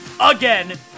again